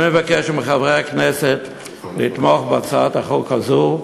אני מבקש מחברי הכנסת לתמוך בהצעת החוק הזאת,